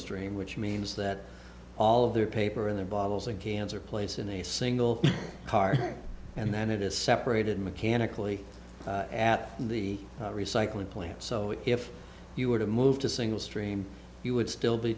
stream which means that all of their paper in their bottles and cans replace in a single car and then it is separated mechanically at the recycling plant so if you were to move to single stream you would still be